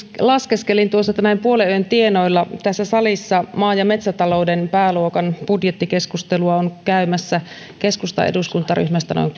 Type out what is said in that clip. laskeskelin tuossa että näin puolenyön tienoilla tässä salissa maa ja metsätalouden pääluokan budjettikeskustelua on käymässä keskustan eduskuntaryhmästä noin